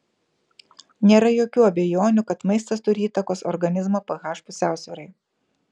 nėra jokių abejonių kad maistas turi įtakos organizmo ph pusiausvyrai